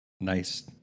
nice